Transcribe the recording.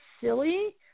silly